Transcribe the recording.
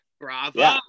bravo